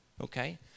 okay